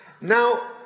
Now